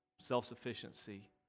self-sufficiency